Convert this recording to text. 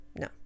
No